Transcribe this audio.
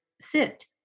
sit